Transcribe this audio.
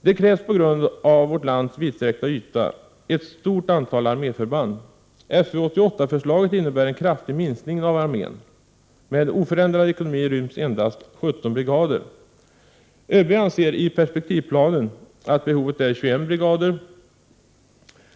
Det krävs på grund av vårt lands vidsträckta yta ett stort antal arméförband. FU 88-förslaget innebär en kraftig minskning av armén. Med oförändrad ekonomi ryms endast 17 brigader. ÖB anser i perspektivplanen att behovet är 21 brigader.